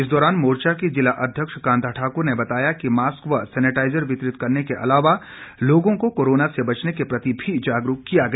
इस दौरान मोर्चा की जिला अध्यक्ष कांता ठाक़्र ने बताया कि मास्क व सेनेटाईजर वितरित करने के अलावा लोगों को कोरोना से बचने के प्रति जागरूक भी किया गया